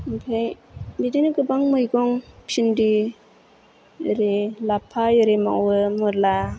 ओमफ्राय बिदिनो गोबां मैगं भेन्दि एरि लाफा एरि मावो मुला